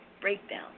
breakdown